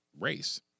race